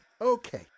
okay